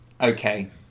Okay